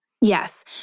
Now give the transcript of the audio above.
Yes